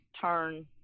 turn